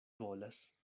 volas